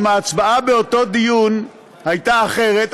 אם ההצבעה באותו דיון הייתה אחרת,